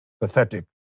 pathetic